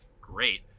great